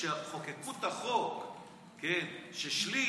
כשחוקקו את החוק ששליש,